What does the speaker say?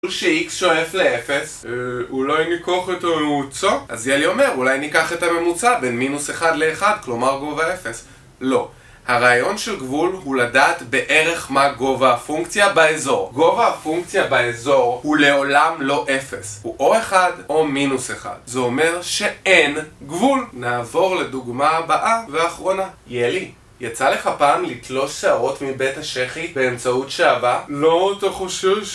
גבול שאיקס שואף לאפס אה... אולי ניקח את הממוצע? אז יאלי אומר אולי ניקח את הממוצע בין מינוס אחד לאחד, כלומר גובה אפס? לא. הרעיון של גבול הוא לדעת בערך מה גובה הפונקציה באזור. גובה הפונקציה באזור הוא לעולם לא אפס. הוא או אחד או מינוס אחד. זה אומר שאין גבול. נעבור לדוגמה הבאה והאחרונה. יאלי, יצא לך פעם לתלוש שערות מבית השכי באמצעות שעוה? לא אותו חושב